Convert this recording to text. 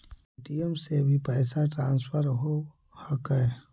Paytm से भी पैसा ट्रांसफर होवहकै?